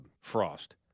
Frost